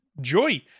joy